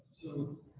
so?